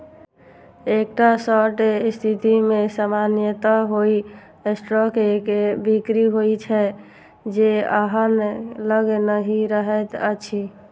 एकटा शॉर्ट स्थिति मे सामान्यतः ओइ स्टॉक के बिक्री होइ छै, जे अहां लग नहि रहैत अछि